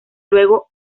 luego